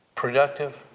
productive